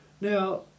Now